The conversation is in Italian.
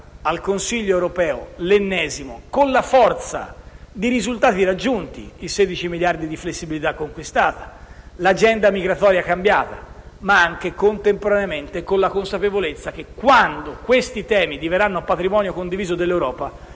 al Consiglio europeo, l'ennesimo, con la forza dei risultati raggiunti (i 16 miliardi di flessibilità conquistata, l'agenda migratoria cambiata), ma al tempo stesso con la consapevolezza che quando questi temi diverranno patrimonio condiviso dell'Europa,